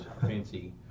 fancy